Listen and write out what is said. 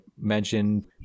mention